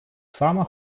сама